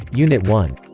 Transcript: unit one